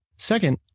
Second